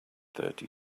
thirty